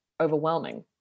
overwhelming